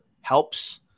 helps